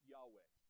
Yahweh